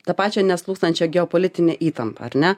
tą pačią neslūgstančią geopolitinę įtampą ar ne